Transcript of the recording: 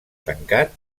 tancat